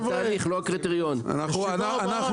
אני מחדד עוד פעם.